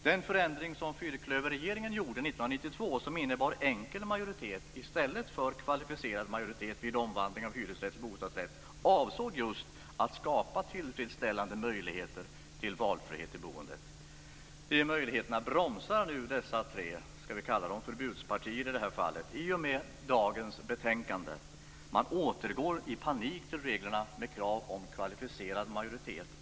Den förändring som fyrklöverregeringen gjorde 1992, som innebar enkel majoritet i stället för kvalificerad majoritet vid omvandling av hyresrätt till bostadsrätt, avsåg just att skapa tillfredsställande möjligheter till valfrihet i boendet. De möjligheterna bromsar nu dessa tre partier - i detta fall kan vi kalla dem förbudspartier - i och med dagens betänkande. Man återgår i panik till reglerna om krav på kvalificerad majoritet.